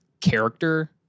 character